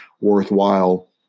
worthwhile